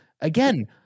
Again